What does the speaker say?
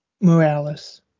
Morales